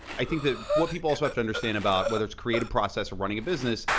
i think that what people also have to understand about, whether it's creative process or running a business,